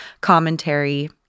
commentary